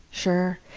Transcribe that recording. sure.